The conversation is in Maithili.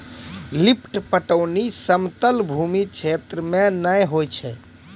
लिफ्ट पटौनी समतल भूमी क्षेत्र मे नै होय छै